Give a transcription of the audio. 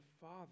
father